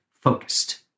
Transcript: focused